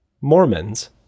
Mormons